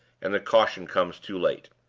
and the caution comes too late?